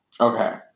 Okay